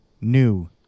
new